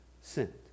sent